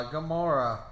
Gamora